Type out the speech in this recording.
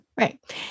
Right